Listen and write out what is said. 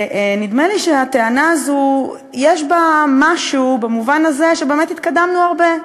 נדמה לי שהטענה הזאת יש בה משהו במובן הזה שבאמת התקדמנו הרבה.